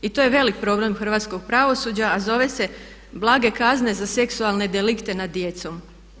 I to je velik problem hrvatskog pravosuđa a zove se blage kazne za seksualne delikte nad djecom.